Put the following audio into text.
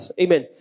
Amen